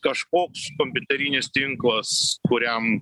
kažkoks kompiuterinis tinklas kuriam